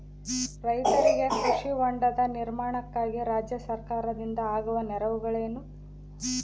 ರೈತರಿಗೆ ಕೃಷಿ ಹೊಂಡದ ನಿರ್ಮಾಣಕ್ಕಾಗಿ ರಾಜ್ಯ ಸರ್ಕಾರದಿಂದ ಆಗುವ ನೆರವುಗಳೇನು?